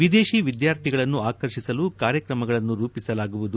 ವಿದೇಶಿ ವಿದ್ಯಾರ್ಥಿಗಳನ್ನು ಆಕರ್ಷಿಸಲು ಕಾರ್ಯಕ್ರಮಗಳನ್ನು ರೂಪಿಸಲಾಗುವುದು